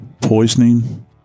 poisoning